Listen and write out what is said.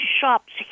shops